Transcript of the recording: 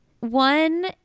One